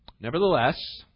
Nevertheless